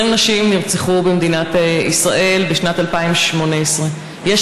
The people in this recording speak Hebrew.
20 נשים נרצחו במדינת ישראל בשנת 2018. יש